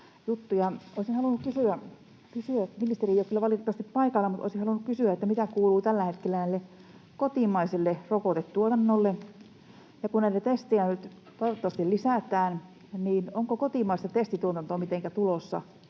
Ministeri ei ole valitettavasti paikalla, mutta olisin halunnut kysyä, mitä kuuluu tällä hetkellä kotimaiselle rokotetuotannolle. Kun näitä testejä toivottavasti nyt lisätään, niin onko kotimaista testituotantoa mitenkä